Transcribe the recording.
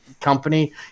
company